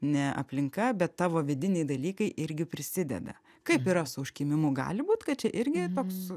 ne aplinka bet tavo vidiniai dalykai irgi prisideda kaip yra su užkimimu gali būt kad čia irgi toks